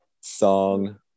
song